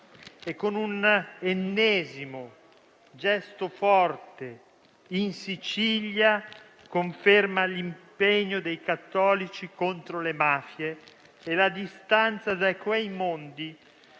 e, con un ennesimo gesto forte in Sicilia, conferma l'impegno dei cattolici contro le mafie e la distanza da quei mondi,